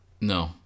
No